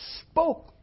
spoke